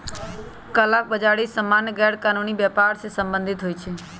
कला बजारि सामान्य गैरकानूनी व्यापर से सम्बंधित होइ छइ